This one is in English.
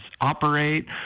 operate